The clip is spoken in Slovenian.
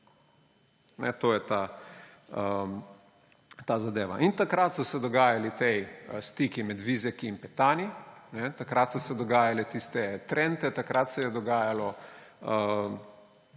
To je ta zadeva. In takrat so se dogajali ti stiki med vizjaki in petani, takrat so se dogajale tiste trente, takrat se je dogajalo